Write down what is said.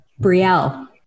Brielle